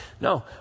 No